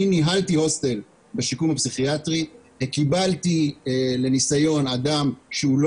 אני ניהלתי הוסטל בשיקום פסיכיאטרי וקיבלתי לניסיון אדם שהוא לא